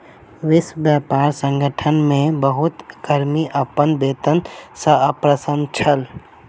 विश्व व्यापार संगठन मे बहुत कर्मी अपन वेतन सॅ अप्रसन्न छल